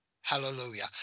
Hallelujah